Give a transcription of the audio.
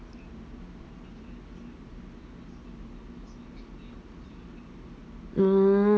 hmm